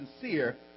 sincere